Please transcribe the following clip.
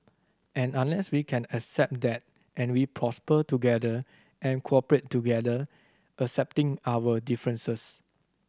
and unless we can accept that and we prosper together and cooperate together accepting our differences